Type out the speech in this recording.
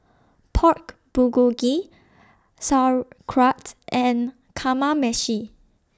Pork Bulgogi Sauerkraut and Kamameshi